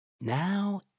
Now